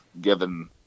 given